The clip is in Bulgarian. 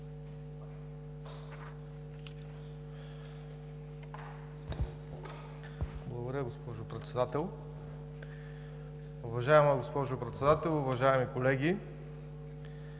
Благодаря, госпожо Председател. Уважаема госпожо Председател, уважаеми колеги!